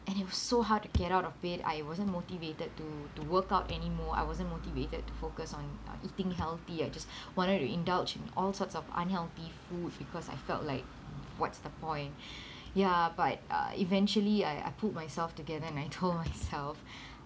and it so hard to get out of bed I wasn't motivated to to work out anymore I wasn't motivated to focus on uh eating healthy I just wanted to indulge in all sorts of unhealthy food because I felt like what's the point ya but uh eventually I I pulled myself together and I told myself